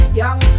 young